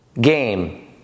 game